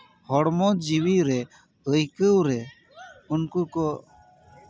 ᱦᱚᱲᱢᱚ ᱡᱤᱣᱤ ᱨᱮ ᱟᱭᱠᱟᱹᱣ ᱨᱮ ᱩᱱᱠᱩ ᱠᱚ